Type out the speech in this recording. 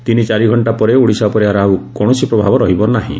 ତିନି ଚାରି ଘକ୍ଷା ପରେ ଓଡ଼ିଶା ଉପରେ ଏହାର ଆଉ କୌଣସି ପ୍ରଭାବ ରହିବ ନାହିଁ